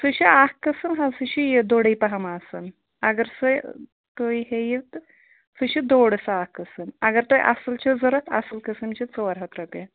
سُہ چھِ اَکھ قٕسٕم حظ سُہ چھُ یہِ دوٚرٕے پَہم آسان اگر سۄے تُہۍ ہیٚیِو تہٕ سُہ چھِ دوٚر سُہ اَکھ قٕسٕم اگر تۄہہِ اَصٕل چھِ ضروٗرت اَصٕل قٕسٕم چھِ ژور ہَتھ رۄپیہِ